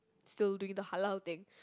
still doing the halal thing